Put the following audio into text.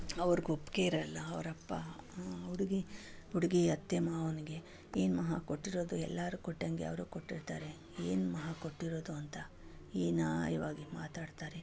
ಅವ್ರ್ಗೆ ಒಪ್ಪಿಗೆ ಇರಲ್ಲ ಅವರಪ್ಪ ಹುಡುಗಿ ಹುಡುಗಿ ಅತ್ತೆ ಮಾವನಿಗೆ ಏನು ಮಹಾ ಕೊಟ್ಟಿರೋದು ಎಲ್ಲರೂ ಕೊಟ್ಟಂತೆ ಅವರು ಕೊಟ್ಟಿರ್ತಾರೆ ಏನು ಮಹಾ ಕೊಟ್ಟಿರೋದು ಅಂತ ಹೀನಾಯವಾಗಿ ಮಾತಾಡ್ತಾರೆ